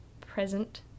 present